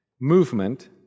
movement